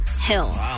Hill